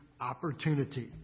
opportunity